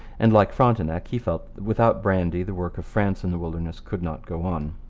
and, like frontenac, he felt that without brandy the work of france in the wilderness could not go on.